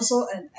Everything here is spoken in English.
also an